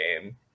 game